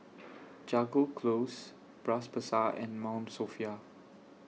Jago Close Bras Basah and Mount Sophia